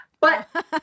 But-